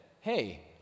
hey